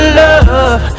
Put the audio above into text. love